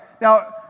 Now